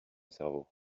cerveau